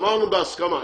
אמרנו בהסכמה.